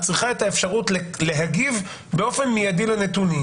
צריכה את האפשרות להגיב באופן מיידי לנתונים.